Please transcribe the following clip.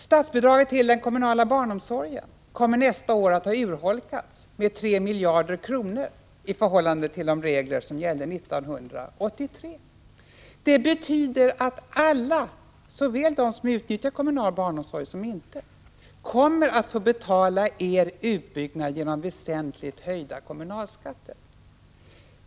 Statsbidraget till den kommunala barnomsorgen kommer nästa år att ha urholkats med 3 miljarder kronor i förhållande till vad som gällde 1983. Det betyder att alla, såväl de som utnyttjar kommunal barnomsorg som de som inte gör det, kommer att få betala er utbyggnad genom väsentligt höjda kommunalskatter.